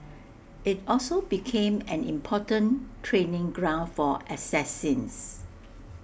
IT also became an important training ground for assassins